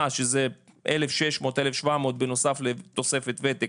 שזה 1,600 1,700 בנוסף לתוספת ותק,